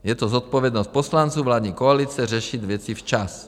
Je to zodpovědnost poslanců vládní koalice řešit věci včas.